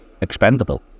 expendable